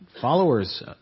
Followers